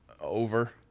over